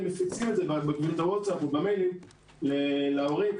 הם מפיצים את זה בקבוצות ה- WhatsApp ובדואר אלקטרוני להורים,